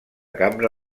cambra